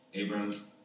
Abram